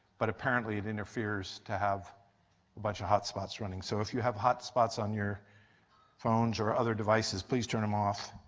but apparently, it interferes to have a bunch of hotspots running. so if you have hotspots on your phones or other devices, please turn them off.